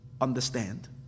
understand